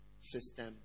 system